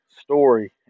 story